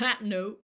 No